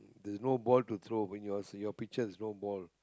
there's no ball to throw when your pitcher has no ball